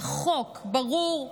בחוק ברור.